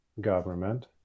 government